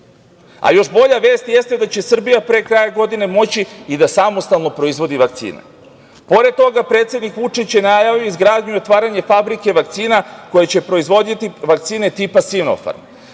a još bolja vest jeste da će Srbija pre kraja godine moći i da samostalno proizvodi vakcine. Pored toga, predsednik Vučić je najavio izgradnju i otvaranje fabrike vakcina koja će proizvoditi vakcine tipa „Sinofarm“